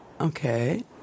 Okay